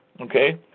Okay